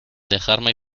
dejarme